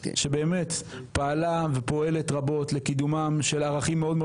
שבאמת פעלה ופועלת רבות לקידומם של ערכים מאוד מאוד